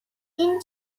این